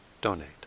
donate